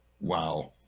Wow